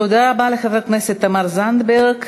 תודה רבה לחברת הכנסת תמר זנדברג.